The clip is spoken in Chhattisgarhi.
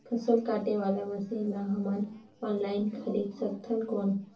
फसल काटे वाला मशीन ला हमन ऑनलाइन खरीद सकथन कौन?